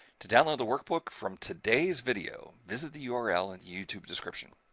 to download the workbook from today's video, visit the yeah url in youtube description.